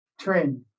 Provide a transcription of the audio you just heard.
trend